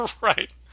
right